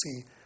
see